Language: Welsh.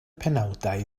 penawdau